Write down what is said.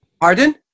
Pardon